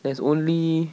there's only